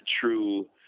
true